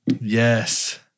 Yes